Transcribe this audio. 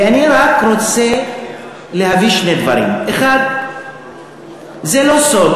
ואני רק רוצה להביא שני דברים: 1. זה לא סוד